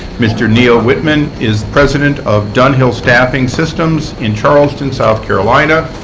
mr. neil whitman is president of dunhill staffing systems in charleston, south carolina,